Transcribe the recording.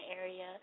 area